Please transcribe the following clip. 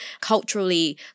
culturally